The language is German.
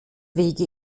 wege